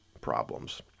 problems